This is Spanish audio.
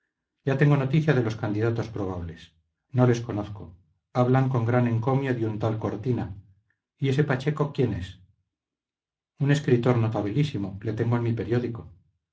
ya tengo noticia de los candidatos probables no les conozco hablan con gran encomio de un tal cortina y ese pacheco quién es un escritor notabilísimo le tengo en mi periódico